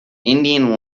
indian